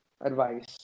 advice